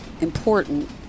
important